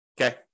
Okay